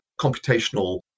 computational